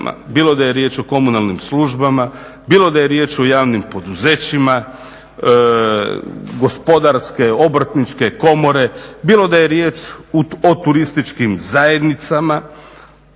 bilo da je riječ o komunalnim službama, bilo da je riječ o javnim poduzećima, gospodarske, obrtničke komore, bilo da je riječ o turističkim zajednicama.